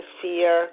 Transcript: fear